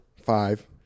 Five